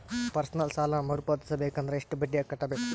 Personal ಸಾಲ ಮರು ಪಾವತಿಸಬೇಕಂದರ ಎಷ್ಟ ಬಡ್ಡಿ ಕಟ್ಟಬೇಕು?